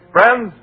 Friends